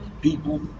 people